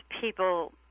people